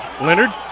Leonard